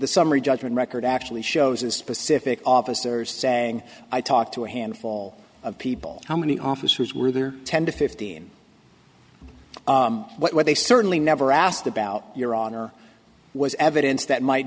the summary judgment record actually shows a specific officer saying i talked to a handful of people how many officers were there ten to fifteen what they certainly never asked about your honor was evidence that might